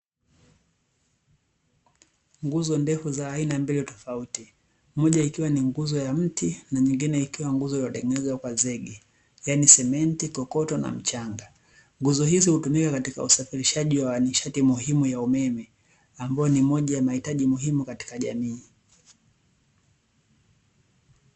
Nguzo ndefu za aina mbili tofauti, moja ikiwa ni nguzo ya mti na nyingine ikiwa nguzo ilotengenezwa kwa zege, yaani simenti, kokoto na mchanga. Nguzo hizi hutumika katika usafirishaji wa nishati muhimu ya umeme ambayo ni moja ya mahitaji muhimu katika jamii.